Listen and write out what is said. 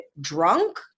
drunk